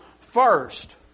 first